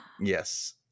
Yes